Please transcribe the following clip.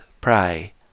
pray